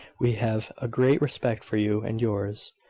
we have a great respect for you and yours.